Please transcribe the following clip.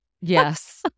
Yes